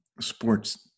sports